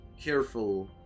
careful